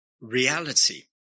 reality